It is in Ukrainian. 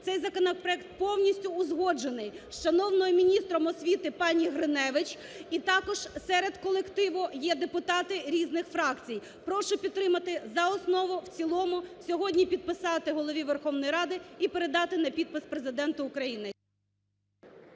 цей законопроект повністю узгоджений з шановною міністром освіти пані Гриневич і також серед колективу є депутати різних фракцій. Прошу підтримати за основу, в цілому сьогодні підписати Голові Верховної Ради і передати на підпис Президенту України.